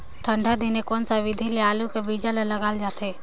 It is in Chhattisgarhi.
ठंडा दिने कोन सा विधि ले आलू कर बीजा ल लगाल जाथे?